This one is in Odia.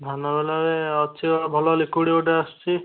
ଧାନ ବିଲରେ ଅଛି ଭଲ ଲିକୁଇଡ଼ ଗୋଟେ ଆସୁଛି